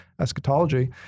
eschatology